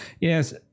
Yes